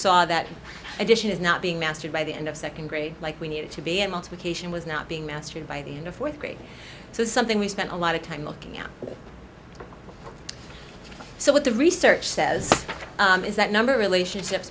saw that addition is not being mastered by the end of second grade like we need to be and multiplication was not being mastered by the end of fourth grade so something we spent a lot of time looking out so what the research says is that number relationship